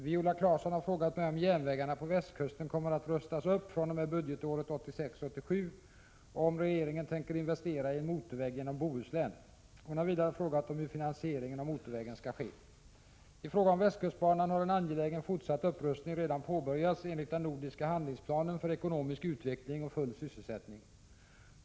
Fru talman! Viola Claesson har frågat mig om järnvägarna på väskusten kommer att rustas upp fr.o.m. budgetåret 1986/87 och om regeringen tänker investera i en motorväg genom Bohuslän. Hon har vidare frågat om hur finansieringen av motorvägen skall ske. I fråga om västkustbanan har en angelägen fortsatt upprustning redan påbörjats enligt den nordiska handlingsplanen för ekonomisk utveckling och full sysselsättning.